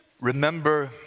remember